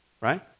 right